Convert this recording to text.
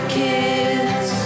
kids